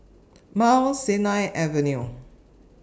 Mount Sinai Avenue